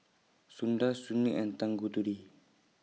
Sundar Sunil and Tanguturi